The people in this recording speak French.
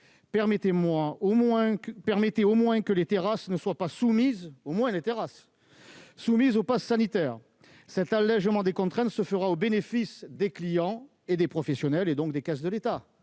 permettez au moins que les terrasses ne soient pas soumises au passe sanitaire. Cet allégement des contraintes se fera au bénéfice des clients et des professionnels, et donc des caisses de l'État